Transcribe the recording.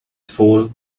foul